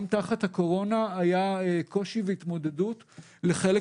גם תחת הקורונה היה קושי והתמודדות לחלק